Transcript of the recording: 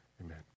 Amen